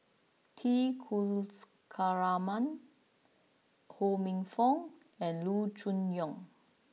T Kulasekaram Ho Minfong and Loo Choon Yong